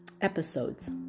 episodes